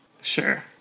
Sure